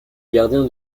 gardien